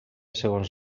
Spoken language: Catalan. segons